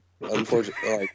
unfortunately